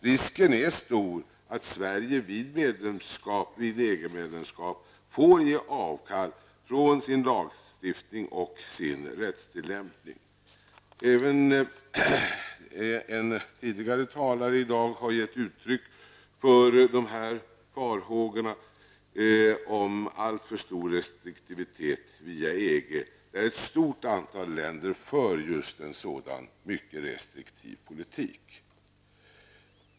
Risken är stor att Sverige vid EG medlemskap får ge avkall på sin lagstiftning och rättstillämpning. Även en tidigare talare har gett uttryck för dessa farhågor om alltför stor restriktivitet via EG, där är ett stort antal länder för just en sådan mycket restriktiv politik.